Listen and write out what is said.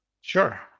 Sure